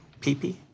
peepee